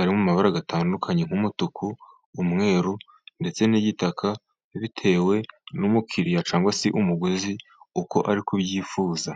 ari mu mabara atandukanye, nk'umutuku, umweru, ndetse n'igitaka. Bitewe n'umukiriya cyangwa se umuguzi uko ari kubyifuza.